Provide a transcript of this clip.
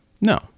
No